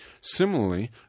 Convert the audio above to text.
Similarly